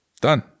Done